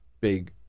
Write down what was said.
big